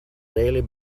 really